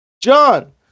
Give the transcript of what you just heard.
John